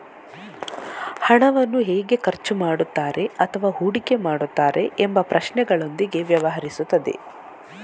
ಹಣವನ್ನು ಹೇಗೆ ಖರ್ಚು ಮಾಡುತ್ತಾರೆ ಅಥವಾ ಹೂಡಿಕೆ ಮಾಡುತ್ತಾರೆ ಎಂಬ ಪ್ರಶ್ನೆಗಳೊಂದಿಗೆ ವ್ಯವಹರಿಸುತ್ತದೆ